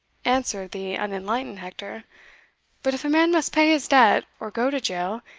answered the unenlightened hector but if a man must pay his debt or go to jail,